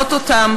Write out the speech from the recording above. ללוות אותם?